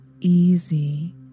easy